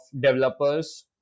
developers